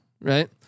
right